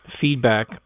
feedback